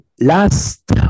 last